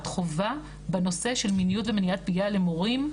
חובה בנושא של מיניות ומניעת פגיעה למורים.